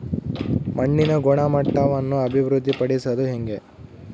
ಮಣ್ಣಿನ ಗುಣಮಟ್ಟವನ್ನು ಅಭಿವೃದ್ಧಿ ಪಡಿಸದು ಹೆಂಗೆ?